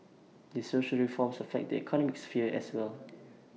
these social reforms affect the economic sphere as well